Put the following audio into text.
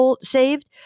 saved